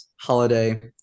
holiday